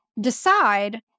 decide